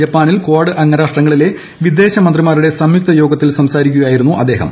ജപ്പാനിൽ നടന്ന കാഡ് അംഗരാഷ്ട്രങ്ങളിലെ വിദേശ മന്ത്രിമാരുടെ സംയുക്ത യോഗത്തിൽ സംസാരിക്കുകയായിരുന്നു അദ്ദേഹം